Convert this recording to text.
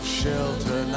shelter